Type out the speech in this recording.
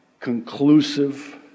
conclusive